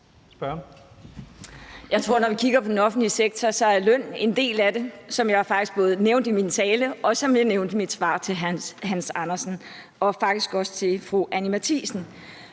Jeg tror, at når vi kigger på den offentlige sektor, er løn en del af det, hvad jeg faktisk både nævnte i min tale og i mit svar til hr. Hans Andersen og faktisk også til fru Anni Matthiesen.